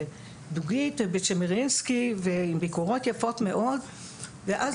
בדוגית ובית שימרנסקי ועם ביקורות יפות מאוד ואז